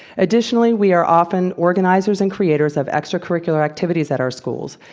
additionally we are often organizers and creators of extracurricular activities at our schools.